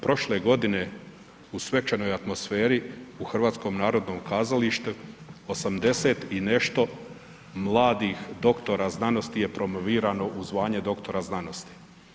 Prošle godine u svečanoj atmosferi u HNK 80 i nešto mladih doktora znanosti je promovirano u zvanje doktora znanosti.